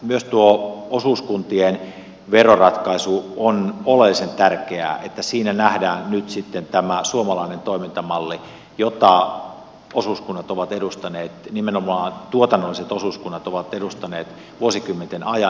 myös tuo osuuskuntien veroratkaisu on oleellisen tärkeää että siinä nähdään nyt sitten tämä suomalainen toimintamalli jota osuuskunnat ovat edustaneet nimenomaan tuotannolliset osuuskunnat ovat edustaneet vuosikymmenten ajan